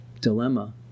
dilemma